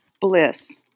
Bliss